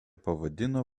pavadino